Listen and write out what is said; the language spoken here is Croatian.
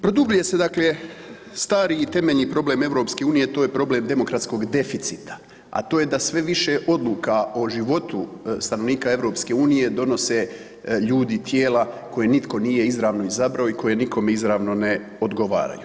Produbljuje se stari i temeljni problem EU to je problem demokratskog deficita, a to je da sve više odluka o životu stanovnika EU donose ljudi, tijela koje nitko nije izravno izabrao i koji nikome izravno ne odgovaraju.